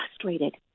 frustrated